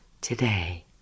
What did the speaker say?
today